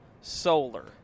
Solar